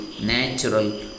natural